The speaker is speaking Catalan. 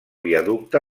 viaducte